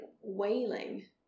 wailing